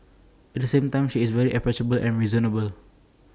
at the same time she is very approachable and reasonable